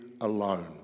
alone